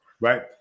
right